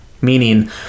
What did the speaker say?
Meaning